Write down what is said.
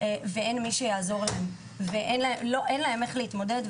ולא יהיה מישהו שיעזור להם ולא יהיו להם דרכים להתמודדות,